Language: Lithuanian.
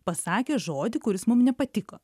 pasakė žodį kuris mum nepatiko